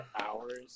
hours